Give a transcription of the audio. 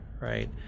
right